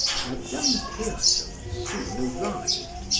madame pierson soon arrived,